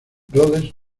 rhodes